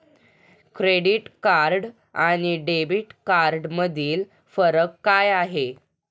Credit card आणि debit कार्डमधील फरक काय आहे?